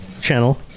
channel